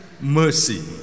mercy